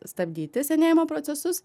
stabdyti senėjimo procesus